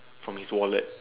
from his wallet